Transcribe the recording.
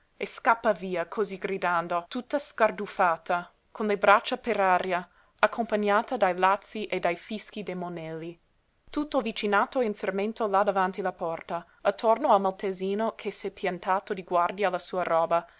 e scappa via cosí gridando tutta scarduffata con le braccia per aria accompagnata dai lazzi e dai fischi dei monelli tutto il vicinato è in fermento là davanti la porta attorno al maltesino che s'è piantato di guardia alla sua roba